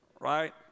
right